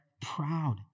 proud